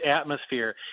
atmosphere